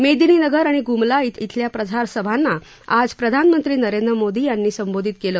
मेदिनीनगर आणि गुमला श्विल्या प्रसारसभांना आज प्रधानमंत्री नरेंद्र मोदी संबोधित केलं